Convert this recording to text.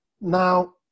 Now